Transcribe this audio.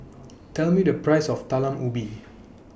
Tell Me The priceS of Talam Ubi